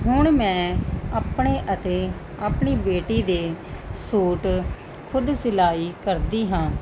ਹੁਣ ਮੈਂ ਆਪਣੇ ਅਤੇ ਆਪਣੀ ਬੇਟੀ ਦੇ ਸੂਟ ਖੁਦ ਸਿਲਾਈ ਕਰਦੀ ਹਾਂ